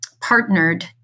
partnered